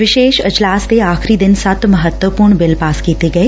ਵਿਸ਼ੇਸ਼ ਇਜਲਾਸ ਦੇ ਆਖਰੀ ਦਿਨ ਸੱਤ ਮਹੱਤਵਪੂਰਨ ਬਿੱਲ ਪਾਸ ਕੀਤੇ ਗਏ